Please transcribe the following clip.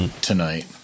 tonight